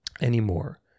anymore